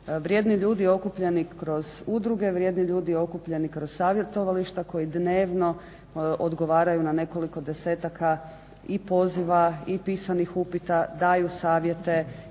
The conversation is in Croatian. vrijedni ljudi okupljeni kroz udruge vrijedni ljudi okupljeni kroz savjetovališta koji dnevno odgovaraju na nekoliko desetaka i poziva i pisanih upita, daju savjete